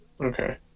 Okay